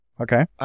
Okay